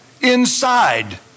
inside